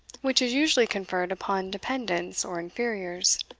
which is usually conferred upon dependants or inferiors.